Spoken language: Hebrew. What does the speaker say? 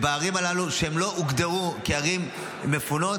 הערים הללו שלא הוגדרו כערים מפונות,